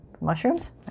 mushrooms